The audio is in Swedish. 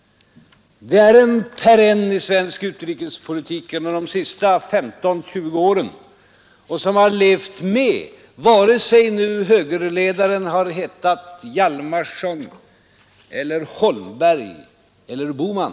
Vi har under de senaste 15—20 åren haft en perenn inom den svenska utrikespolitiken, som levt med vare sig högerledaren har hetat Hjalmarson, Holmberg eller Bohman.